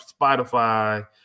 Spotify